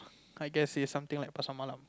I guess is something like Pasar-Malam